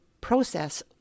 process